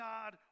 God